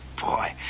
boy